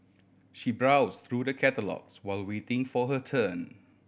she browse through the catalogues while waiting for her turn